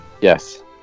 Yes